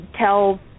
tell